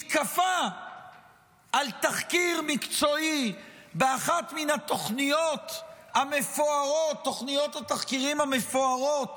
מתקפה על תחקיר מקצועי באחת מתוכניות התחקירים המפוארות